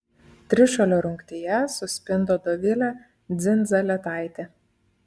trišuolio rungtyje suspindo dovilė dzindzaletaitė